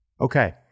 Okay